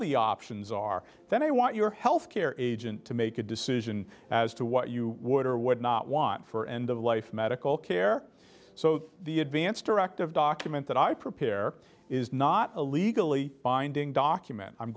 the options are that i want your health care agent to make a decision as to what you would or would not want for and the life medical care so the advance directive document that i prepare is not a legally binding document i'm